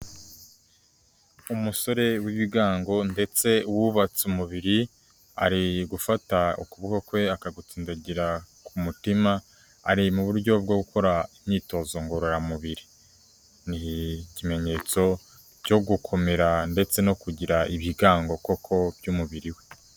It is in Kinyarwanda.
Umusore w'ibigango ndetse wubatse umubiri ari gufata ukuboko kwe akagutsindadagira ku mutima ari m'uburyo bwo gukora imyitozo ngororamubiri, n'ikimenyetso cyo gukomera ndetse no kugira ibigango koko by'umubiri we.